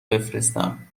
بفرستم